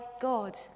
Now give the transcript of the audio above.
God